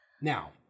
Now